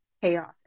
chaos